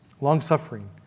long-suffering